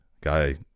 guy